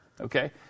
Okay